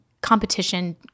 competition